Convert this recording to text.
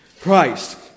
Christ